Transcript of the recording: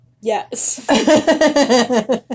Yes